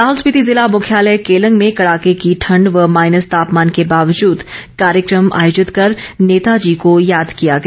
लाहौल स्पीति ज़िला मुख्यालय केलंग में कड़ाके की ठंड व माईनस तापमान के बावजूद कार्यक्रम आयोजित कर नेताजी को याद किया गया